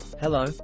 Hello